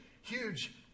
huge